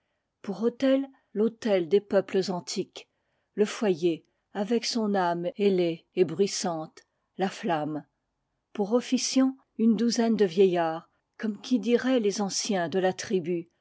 pour autel l'autel des peuples antiques le foyer avec son âme ailée et bruissante la flamme pour officiants une douzaine de vieillards comme qui dirait les anciens de la tribu